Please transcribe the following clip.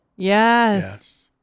yes